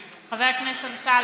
כמובן,